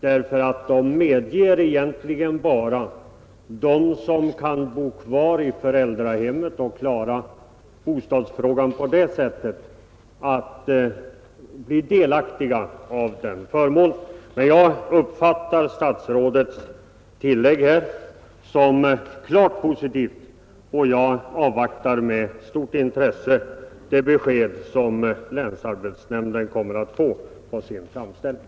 Systemet medger egentligen bara dem som kan bo kvar i föräldrahemmet och klara bostadsfrågan på det sättet att bli delaktiga av denna förmån. Men jag uppfattar statsrådets tillägg här som klart positivt, och jag avvaktar med stort intresse det besked som länsarbetsnämnden kommer att få på sin framställning.